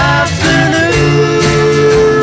afternoon